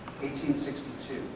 1862